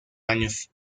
años